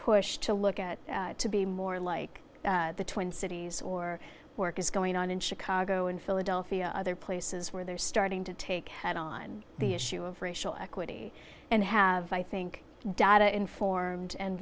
push to look at to be more like the twin cities or work is going on in chicago and philadelphia other places where they're starting to take it on the issue of racial equity and have i think data informed and